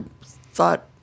thought